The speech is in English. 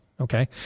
Okay